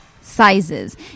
sizes